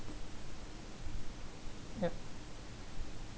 yup